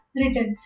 Written